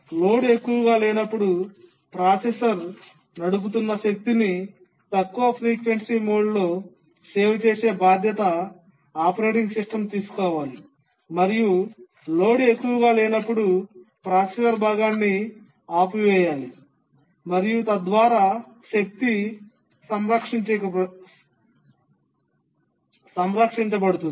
load ఎక్కువగా లేనప్పుడు processor నడుపుతున్న శక్తిని తక్కువ ఫ్రీక్వెన్సీ మోడ్లో సేవ్ చేసే బాధ్యత ఆపరేటింగ్ సిస్టమ్ తీసుకోవాలి మరియు లోడ్ ఎక్కువగా లేనప్పుడు ప్రాసెసర్ భాగాన్ని ఆపివేయండి మరియు తద్వారా శక్తి సంరక్షించబడుతుంది